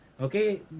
okay